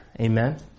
Amen